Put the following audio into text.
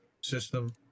system